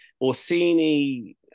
Orsini